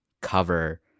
cover